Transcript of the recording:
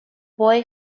boy